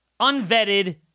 unvetted